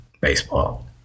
baseball